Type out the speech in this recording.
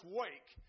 wake